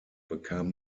bekam